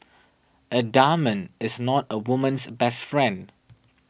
a diamond is not a woman's best friend